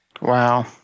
Wow